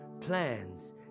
Plans